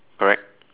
correct